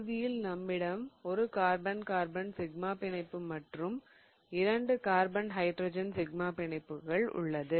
இறுதியில் நம்மிடம் ஒரு கார்பன் கார்பன் சிக்மா பிணைப்பு மற்றும் இரண்டு கார்பன் ஹைட்ரஜன் சிக்மா பிணைப்புகள் உள்ளது